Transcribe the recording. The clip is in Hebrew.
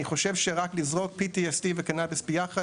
אני חושב שרק לזרוק PTSD וקנביס ביחד